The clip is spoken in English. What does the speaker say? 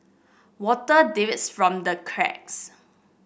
water from the cracks